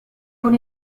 con